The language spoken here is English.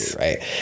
Right